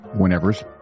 whenevers